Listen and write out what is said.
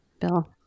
Bill